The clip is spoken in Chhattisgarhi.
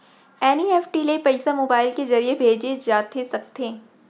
एन.ई.एफ.टी ले पइसा मोबाइल के ज़रिए भेजे जाथे सकथे?